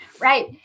Right